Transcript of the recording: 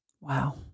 Wow